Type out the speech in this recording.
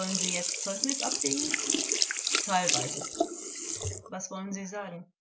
wollen sie jetzt zeugnis ablegen zeuge teilweise vors was wollen sie sagen